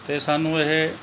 ਅਤੇ ਸਾਨੂੰ ਇਹ